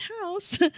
house